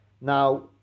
Now